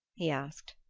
he asked.